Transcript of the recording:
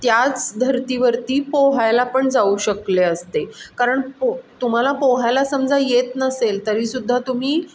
त्याच धरतीवरती पोहायला पण जाऊ शकले असते कारण पो तुम्हाला पोहायला समजा येत नसेल तरी सुद्धा तुम्ही